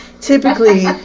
typically